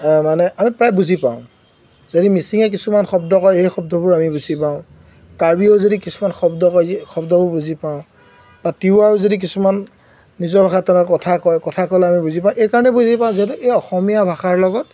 মানে আমি প্ৰায় বুজি পাওঁ যদি মিচিঙে কিছুমান শব্দ কয় সেই শব্দবোৰ আমি বুজি পাওঁ কাৰ্বিও যদি কিছুমান শব্দ কয় যি শব্দবোৰ বুজি পাওঁ বা তিৱাও যদি কিছুমান নিজৰ ভাষা কথা কয় কথা ক'লে আমি বুজি পাওঁ এইকাৰণে বুজি পাওঁ যিহেতু এই অসমীয়া ভাষাৰ লগত